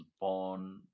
born